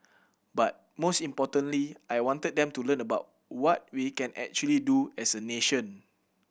but most importantly I wanted them to learn about what we can actually do as a nation